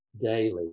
daily